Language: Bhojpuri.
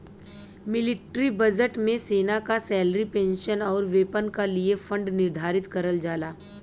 मिलिट्री बजट में सेना क सैलरी पेंशन आउर वेपन क लिए फण्ड निर्धारित करल जाला